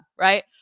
Right